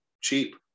cheap